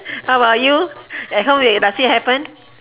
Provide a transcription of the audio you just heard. how about you at home you nothing happen